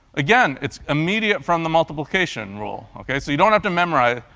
again, it's immediate from the multiplication rule, ok? so you don't have to memorize it.